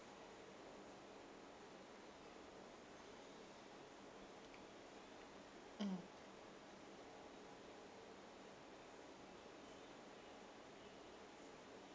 mm